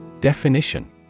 Definition